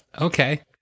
Okay